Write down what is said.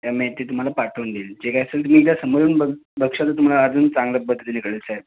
त्यामध्ये ते तुम्हाला पाठवून देईल जे काय असेल तुम्ही एकदा समोरून बघ बघशाल तर तुम्हाला अजून चांगल्या पद्धतीने कळेल साहेब